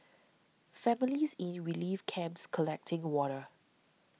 families in relief camps collecting water